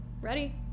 Ready